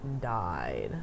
died